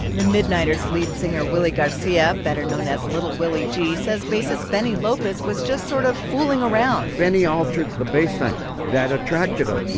midniters lead singer, willie garcia, better known as little willie g, says bassist benny lopez was just sort of fooling around benny altered the bassline. that attracted us